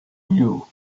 you